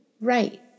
Right